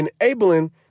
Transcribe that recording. enabling